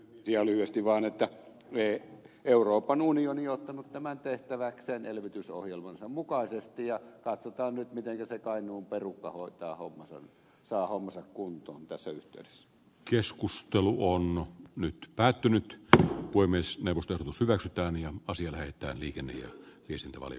ihan lyhyesti vaan että euroopan unioni on ottanut tämän tehtäväkseen elvytysohjelmansa mukaisesti ja katsotaan nyt mitenkä se kainuun perukka hoitaa hommansa saa hommansa kuntoon tässä yhteydessä keskustelu on nyt päättynyt tätä voi myös new uskallus hyväksytään ja osille että liikenne kyse oli